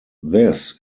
this